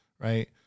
right